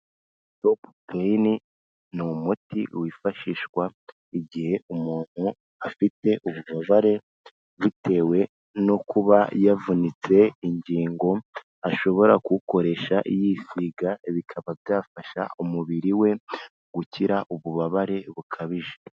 Stop peyini ni umuti wifashishwa igihe umuntu afite ububabare, bitewe no kuba yavunitse ingingo, ashobora kuwukoresha yisiga bikaba byafasha umubiri we gukira ububabare bukabije.